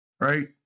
right